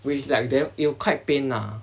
which like that it'll quite pain lah